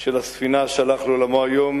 של הספינה, שהלך לעולמו היום,